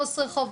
עו"ס רחוב,